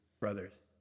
brothers